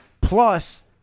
Plus